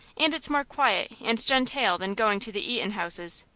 and it's more quiet and gentale than goin' to the eatin'-houses.